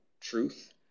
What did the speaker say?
truth